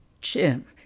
Jim